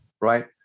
right